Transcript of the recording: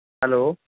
hello